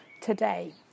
today